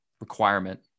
requirement